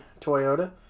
Toyota